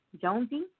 Jonesy